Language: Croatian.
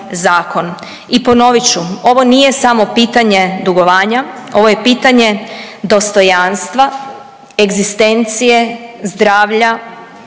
i ponovit ću, ovo nije samo pitanje dugovanja, ovo je pitanje dostojanstva, egzistencije, zdravlja,